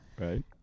Right